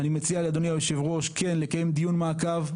אני מציע לאדוני היושב-ראש כן לקיים דיון מעקב,